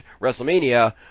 WrestleMania